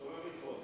שומר מצוות.